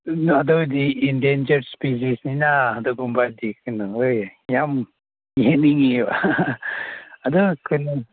ꯎꯝ ꯑꯗꯨꯗꯤ ꯏꯟꯗꯦꯟꯖꯔ ꯁ꯭ꯄꯦꯁꯤꯁꯅꯤꯅ ꯑꯗꯨꯒꯨꯝꯕꯗꯤ ꯀꯩꯅꯣ ꯍꯣꯏ ꯌꯥꯝ ꯌꯦꯡꯅꯤꯡꯉꯦꯕ ꯑꯗꯨ ꯀꯩꯅꯣ